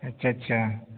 اچھا اچھا